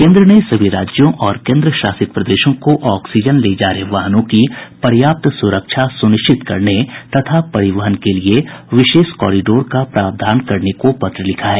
केन्द्र ने सभी राज्यों और केन्द्र शासित प्रदेशों को ऑक्सीजन ले जा रहे वाहनों की पर्याप्त सुरक्षा सुनिश्चित करने तथा परिवहन के लिए विशेष कॉरीडोर का प्रावधान करने के लिए पत्र लिखा है